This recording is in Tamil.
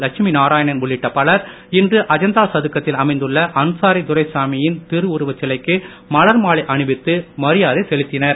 லட்சுமிநாராயணன் உள்ளிட்ட பலர் இன்று அஜந்தா சதுக்கத்தில் அமைந்துள்ள அன்சாரி துறைசாமியின் திருவுருவச் சிலைக்கு மலர்மாலை அணிவித்து மரியாதை செலுத்தினர்